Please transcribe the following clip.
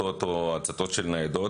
הצתות או הצתות של ניידות,